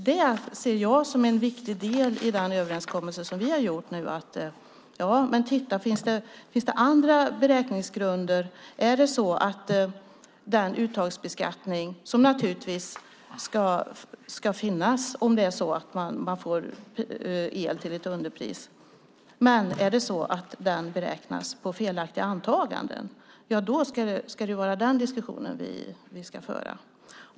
Det som jag ser som en viktig del i den överenskommelse som vi har gjort är att man tittar på om det finns andra beräkningsgrunder. Uttagsbeskattning ska naturligtvis finnas om man får el till ett underpris. Men om den beräknas på felaktiga antaganden ska vi föra den diskussionen. Herr talman!